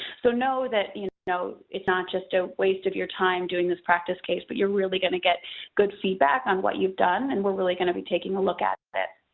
so know that, you know it's not just a waste of your time in doing this practice case, but you're really gonna get good feedback on what you've done and we're really gonna be taking a look at it.